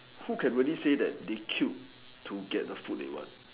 who can really say that they killed to get the food they want